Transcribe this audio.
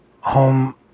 home